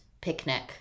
picnic